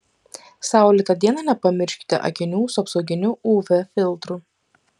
saulėtą dieną nepamirškite akinių su apsauginiu uv filtru